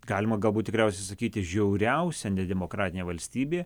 galima galbūt tikriausiai sakyti žiauriausia demokratinė valstybė